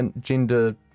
gender